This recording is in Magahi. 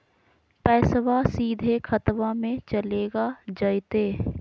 पैसाबा सीधे खतबा मे चलेगा जयते?